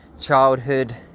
childhood